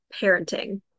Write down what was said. parenting